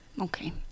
Okay